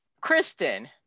kristen